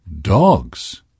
Dogs